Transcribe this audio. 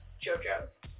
Jojo's